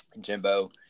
Jimbo